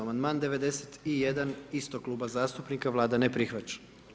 Amandman 91. istog kluba zastupnika, Vlada ne prihvaća.